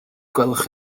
gwelwch